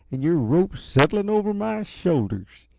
and your rope settling over my shoulders.